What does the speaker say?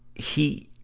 he,